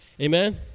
Amen